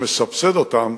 שמסבסד אותם,